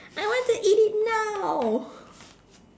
I want to eat it now